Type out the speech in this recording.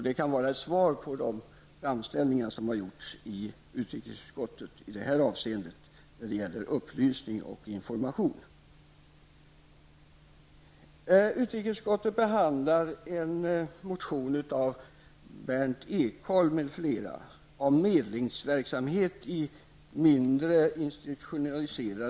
Detta kan vara ett svar på de framställningar som gjorts i utrikesutskottet när det gäller upplysning och information i detta avseende.